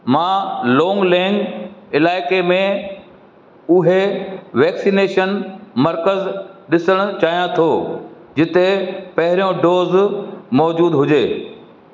मां लोंगलेंग इलाइके में उहे वैक्सनेशन मर्कज़ ॾिसण चाहियां थो जिते पहिरियों डोज़ मौजूदु हुजे